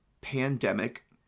pandemic